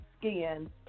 skin